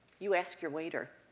you ask your waiter,